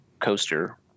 coaster –